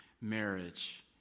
marriage